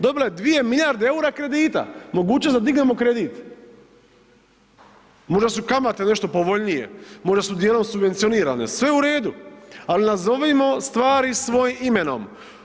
Dobila je 2 milijarde EUR-a kredita, mogućnost da dignemo kredit, možda su kamate nešto povoljnije, možda su dijelom subvencionirane, sve u redu, al nazovimo stvari svojim imenom.